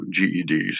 GEDs